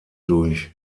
durch